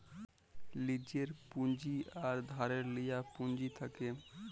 লীজের পুঁজি আর ধারে লিয়া পুঁজি থ্যাকে